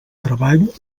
treball